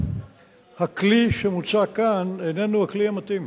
הכלי שמוצע כאן איננו הכלי האמיתי.